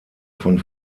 von